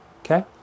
Okay